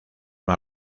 más